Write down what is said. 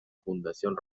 fundación